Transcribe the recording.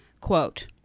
quote